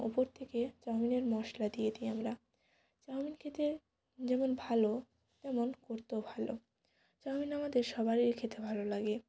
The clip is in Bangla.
উপর থেকে চাউমিনের মশলা দিয়ে দিই আমরা চাউমিন খেতে যেমন ভালো তেমন করতেও ভালো চাউমিন আমাদের সবারই খেতে ভালো লাগে